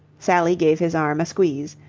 sally gave his arm a squeeze.